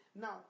Now